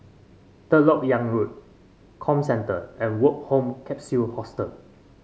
Third LoK Yang Road Comcentre and Woke Home Capsule Hostel